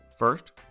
First